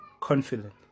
confident